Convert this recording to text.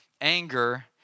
anger